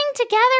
together